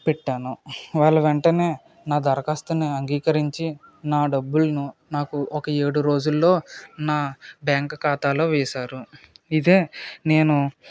పెట్టాను వాళ్ళు వెంటనే నా దరఖాస్తుని అంగీకరించి నా డబ్బులను నాకు ఒక ఏడు రోజులలో నా బ్యాంకు ఖాతాలో వేసారు ఇదే నేను